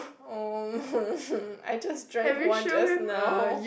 oh I just drank one just now